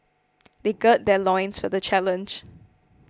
they gird their loins for the challenge